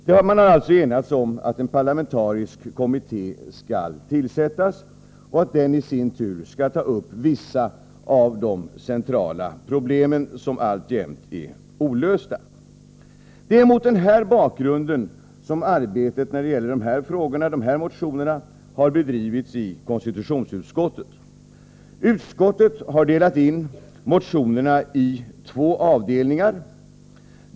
Man har alltså enats om att en parlamentarisk kommitté skall tillsättas och att den i sin tur skall ta upp en del av de centrala problem som alltjämt är olösta. Det är mot denna bakgrund som arbetet med de nu aktuella motionerna har bedrivits i konstitutionsutskottet. Utskottet har delat in motionerna i två avdelningar.